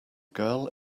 girl